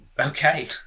Okay